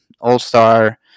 all-star